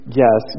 yes